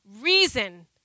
reason